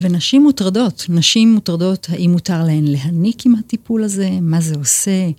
ונשים מוטרדות, נשים מוטרדות האם מותר להן להניק עם הטיפול הזה, מה זה עושה.